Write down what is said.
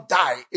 die